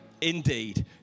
indeed